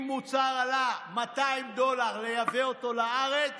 אם זה עלה 200 דולר לייבא מוצר לארץ,